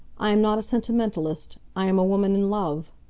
i am not a sentimentalist. i am a woman in love.